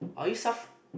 are you suf~